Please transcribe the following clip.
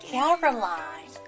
Caroline